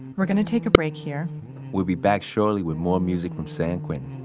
we're gonna take a break here we'll be back shortly with more music from san quentin